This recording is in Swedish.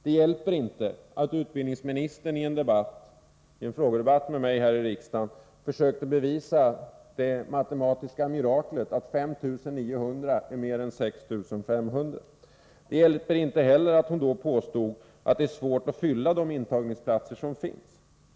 Det hjälper inte att utbildningsministern i en frågedebatt med mig här i riksdagen försökte bevisa det matematiska miraklet att 5950 är mer än 6500. Det hjälper inte heller att hon då påstod att det är svårt att fylla de intagningsplatser som finns.